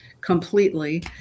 completely